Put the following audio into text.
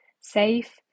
safe